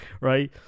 right